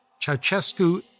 Ceausescu